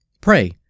Pray